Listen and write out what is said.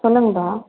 சொல்லுங்கள்ப்பா